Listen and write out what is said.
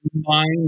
mind